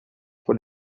pour